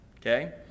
Okay